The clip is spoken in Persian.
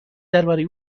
درباره